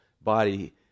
body